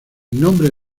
nombre